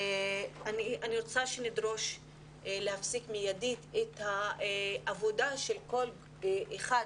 אני רוצה שנדרוש להפסיק מיידית את העבודה של כל אחד,